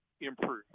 improve